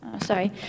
Sorry